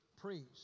priest